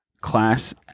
class